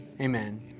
amen